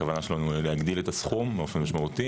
הכוונה שלנו להגדיל את הסכום באופן משמעותי